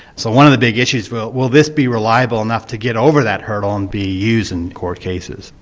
so one of the big issues will will this be reliable enough to get over that hurdle and be used in court cases?